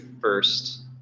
first